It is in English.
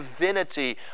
divinity